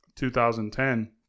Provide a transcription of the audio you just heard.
2010